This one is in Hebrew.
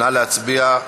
נא להצביע.